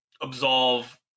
absolve